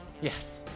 Yes